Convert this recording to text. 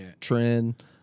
trend